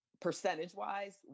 percentage-wise